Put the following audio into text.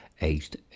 aged